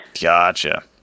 Gotcha